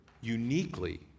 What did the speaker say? uniquely